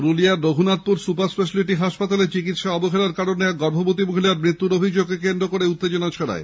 পুরুলিয়ার Raghunathpur super speciality হাসপাতালে চিকিৎসায় অবহেলার কারণে এক গর্ভবতী মহিলার মৃত্যুর অভিযোগে উত্তেজনা ছড়ায়